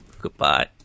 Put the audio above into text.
Goodbye